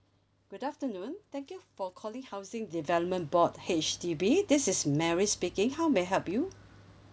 good afternoon thank you for calling housing development board H_D_B this is mary speaking how may I help you